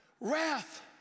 wrath